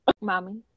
mommy